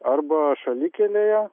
arba šalikelėje